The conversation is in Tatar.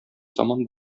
заман